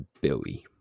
Billy